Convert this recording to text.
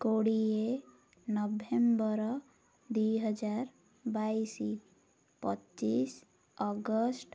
କୋଡ଼ିଏ ନଭେମ୍ବର ଦୁଇହଜାର ବାଇଶ ପଚିଶ ଅଗଷ୍ଟ